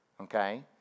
okay